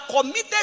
committed